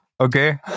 Okay